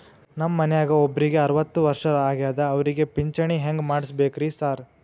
ನಮ್ ಮನ್ಯಾಗ ಒಬ್ರಿಗೆ ಅರವತ್ತ ವರ್ಷ ಆಗ್ಯಾದ ಅವ್ರಿಗೆ ಪಿಂಚಿಣಿ ಹೆಂಗ್ ಮಾಡ್ಸಬೇಕ್ರಿ ಸಾರ್?